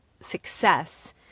success